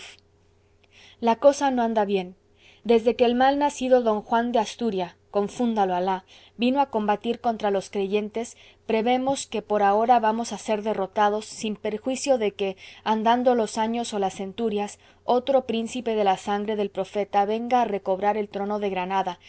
la cosa no anda bien desde que el mal nacido d juan de austria confúndalo alah vino a combatir contra los creyentes prevemos que por ahora vamos a ser derrotados sin perjuicio de que andando los años o las centurias otro príncipe de la sangre del profeta venga a recobrar el trono de granada